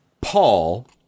Paul